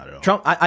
Trump